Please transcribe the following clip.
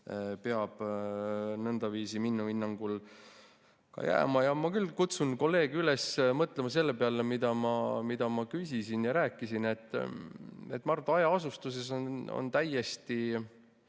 peab nõndaviisi minu hinnangul ka jääma. Ma küll kutsun kolleege üles mõtlema selle peale, mida ma küsisin ja rääkisin. Ma arvan, et hajaasustuses täiesti